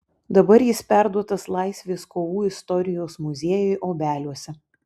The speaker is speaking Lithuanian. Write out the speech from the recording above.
dabar jis perduotas laisvės kovų istorijos muziejui obeliuose